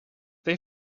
they